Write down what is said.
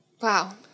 Wow